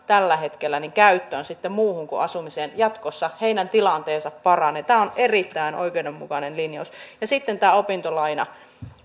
tällä hetkellä käyttöön sitten muuhun kuin asumiseen jatkossa heidän tilanteensa paranee tämä on erittäin oikeudenmukainen linjaus ja sitten tämä opintolaina